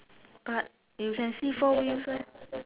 but you can see four wheels